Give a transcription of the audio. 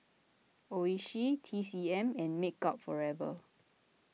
Oishi T C M and Makeup Forever